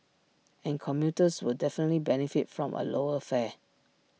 and commuters will definitely benefit from A lower fare